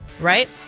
right